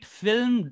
film